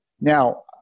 Now